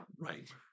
Right